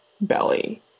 belly